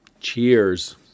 Cheers